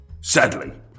Sadly